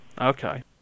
Okay